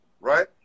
right